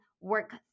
work